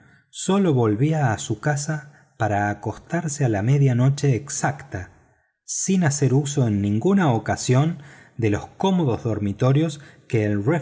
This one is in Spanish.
sólo volvía a su casa para acostarse a la media noche exacta sin hacer uso en ninguna ocasión de los cómodos dormitorios que el